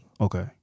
Okay